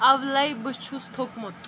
اولے بہٕ چھُس تھوٚکمُت